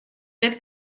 net